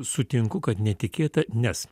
sutinku kad netikėta nes